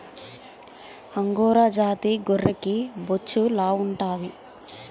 angora జాతి గొర్రెకి బొచ్చు లావుంటాది